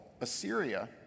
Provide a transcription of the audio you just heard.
Assyria